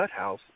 Nuthouse